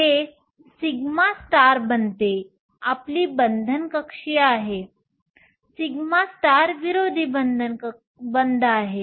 हे σ बनते आपली बंधन कक्षीय आहे σ विरोधी बंध आहे